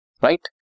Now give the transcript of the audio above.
right